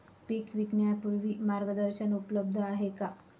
पीक विकण्यापूर्वी मार्गदर्शन उपलब्ध आहे का?